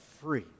free